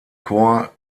korps